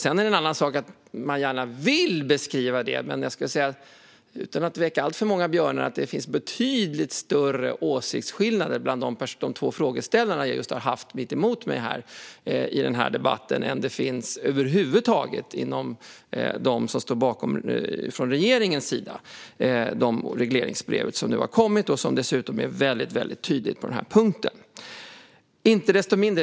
Det är en annan sak att man gärna vill beskriva det på det sättet. Men utan att väcka alltför många björnar ska jag säga att det finns betydligt större åsiktsskillnader mellan de två frågeställare jag just haft mitt emot mig i den här debatten än över huvud taget bland dem som står bakom regeringens förslag och det regleringsbrev som nu har kommit och som dessutom är väldigt tydligt på den punkten.